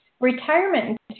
retirement